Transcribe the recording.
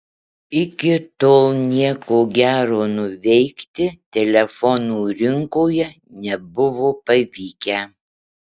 iki tol nieko gero nuveikti telefonų rinkoje nebuvo pavykę